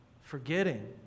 Forgetting